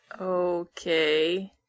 Okay